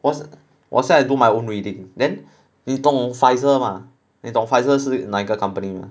我 s~ 我现在 do my own reading then 你懂 Pfizer 吗你懂 Pfizer 是哪一个 company 吗